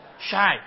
shy